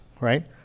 right